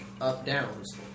up-downs